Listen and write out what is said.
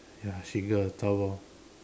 ya she got the power